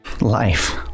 Life